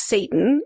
Satan